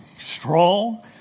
strong